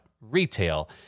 retail